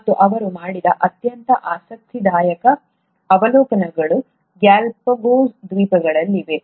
ಮತ್ತು ಅವರು ಮಾಡಿದ ಅತ್ಯಂತ ಆಸಕ್ತಿದಾಯಕ ಅವಲೋಕನಗಳು ಗ್ಯಾಲಪಗೋಸ್ ದ್ವೀಪಗಳಲ್ಲಿವೆ